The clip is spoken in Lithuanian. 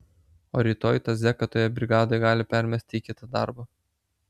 o rytoj tą zeką toje brigadoje gali permesti į kitą darbą